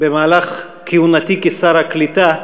במהלך כהונתי כשר הקליטה,